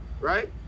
right